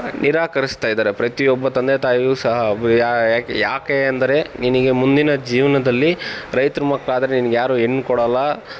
ನಿರಾಕರಿಸ್ತಾ ಇದ್ದಾರೆ ಪ್ರತಿಯೊಬ್ಬ ತಂದೆ ತಾಯಿಯು ಸಹ ಒಬ್ಬರು ಯಾಕೆ ಯಾಕೆ ಅಂದರೆ ನಿನಗೆ ಮುಂದಿನ ಜೀವನದಲ್ಲಿ ರೈತ್ರ ಮಕ್ಕಳಾದ್ರೆ ನಿನ್ಗೆ ಯಾರು ಹೆಣ್ ಕೊಡೊಲ್ಲ